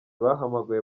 bahamagawe